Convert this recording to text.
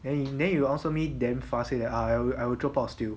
then you then you answer me damn fast it I will I will drop out still